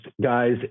guys